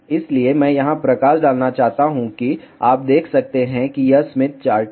इसलिए मैं यहां प्रकाश डालना चाहता हूं कि आप देख सकते हैं कि यह स्मिथ चार्ट है